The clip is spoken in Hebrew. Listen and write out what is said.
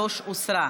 33 הוסרה.